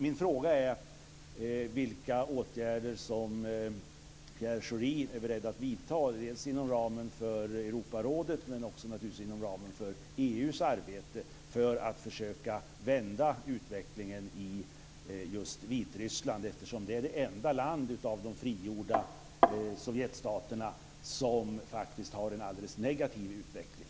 Min fråga är vilka åtgärder som Pierre Schori är beredd att vidta inom ramen för Europarådets arbete men också naturligtvis inom ramen för EU:s arbete för att försöka vända utvecklingen i just Vitryssland, eftersom det är det enda land av de frigjorda f.d. Sovjetstaterna som har en alldeles negativ utveckling.